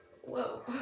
Whoa